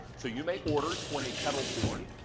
so you may order twenty kettle corn,